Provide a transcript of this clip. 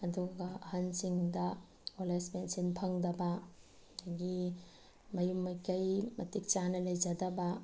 ꯑꯗꯨꯒ ꯑꯍꯟꯁꯤꯡꯗ old age pension ꯐꯪꯗꯕ ꯑꯗꯒꯤ ꯃꯌꯨꯝ ꯃꯀꯩ ꯃꯇꯤꯛ ꯆꯥꯅ ꯂꯩꯖꯗꯕ